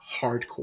hardcore